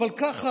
אבל ככה,